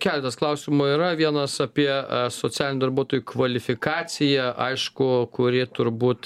keletas klausimų yra vienas apie socialinių darbuotojų kvalifikaciją aišku kuri turbūt